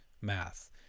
math